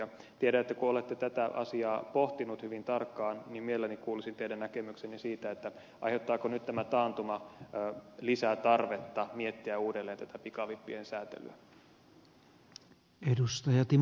tiedän että olette tätä asiaa pohtinut hyvin tarkkaan ja mielelläni kuulisin teidän näkemyksenne siitä aiheuttaako taantuma nyt lisää tarvetta miettiä uudelleen tätä pikavippien säätelyä